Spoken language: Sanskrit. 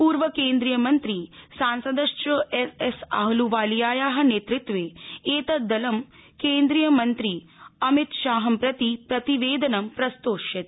प्रर्वकेन्द्रीयमंत्री सांसदश्च एसएस आहल्वालियायाः नेतृत्वे दलं केन्द्रीयमंत्री अमितशाहं प्रति विज्ञप्ति प्रस्तोष्यति